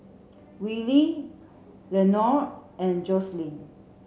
Willie Leonore and Joselin